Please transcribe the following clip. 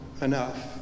enough